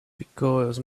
because